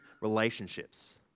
relationships